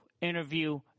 interview